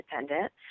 independent